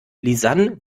lisann